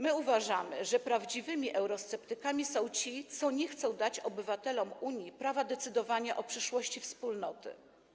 My uważamy, że prawdziwymi eurosceptykami są ci, którzy nie chcą dać obywatelom Unii prawa decydowania o przyszłości Wspólnoty.